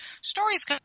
stories